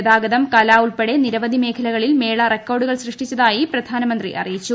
ഗതാഗതം കല ഉൾപ്പെടെ നിരവധി മേഖലകളിൽ മേള റെക്കോർഡുകൾ സൃഷ്ടിച്ചതായി പ്രധാനമന്ത്രി അറിയിച്ചു